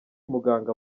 muganga